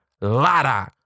Lada